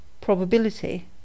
probability